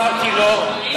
אני אמרתי לאדון,